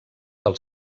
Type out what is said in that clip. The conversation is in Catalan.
del